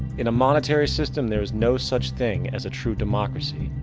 in a monetary system, there is no such thing as a true democracy,